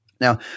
Now